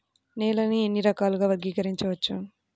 నేలని ఎన్ని రకాలుగా వర్గీకరించవచ్చు?